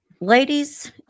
ladies